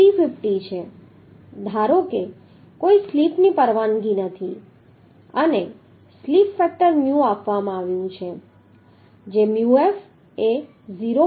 ધારો કે કોઈ સ્લિપ ની પરવાનગી નથી અને સ્લિપ ફેક્ટર μ આપવામાં આવ્યું છે જે μf એ 0